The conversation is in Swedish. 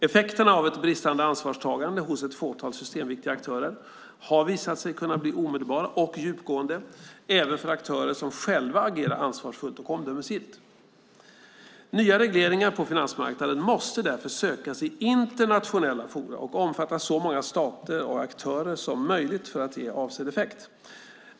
Effekterna av ett bristande ansvarstagande hos ett fåtal systemviktiga aktörer har visat sig kunna bli omedelbara och djupgående även för aktörer som själva agerar ansvarsfullt och omdömesgillt. Nya regleringar på finansmarknaden måste därför sökas i internationella forum och omfatta så många stater och aktörer som möjligt för att ge avsedd effekt.